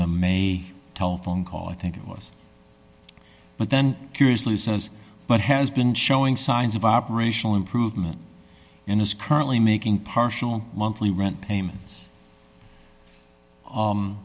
the may telephone call i think it was but then curiously says but has been showing signs of operational improvement and is currently making partial monthly rent payments